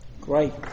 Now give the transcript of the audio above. Great